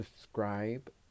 subscribe